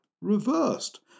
reversed